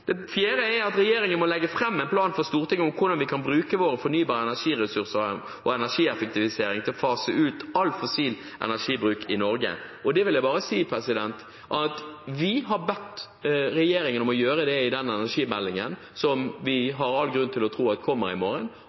Regjeringen må legge fram en plan for Stortinget om hvordan vi kan bruke våre fornybare energiressurser og energieffektiviseringen til å fase ut all fossil energibruk i Norge. Og det vil jeg bare si: Vi har bedt regjeringen om å gjøre det i energimeldingen, som vi har all grunn til å tro kommer i morgen.